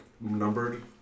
numbered